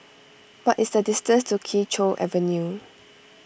what is the distance to Kee Choe Avenue